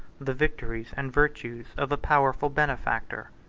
the victories and virtues of a powerful benefactor.